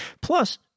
Plus